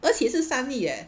而且是三粒 leh